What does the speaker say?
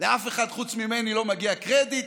לאף אחד חוץ ממני לא מגיע קרדיט.